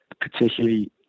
particularly